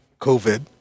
covid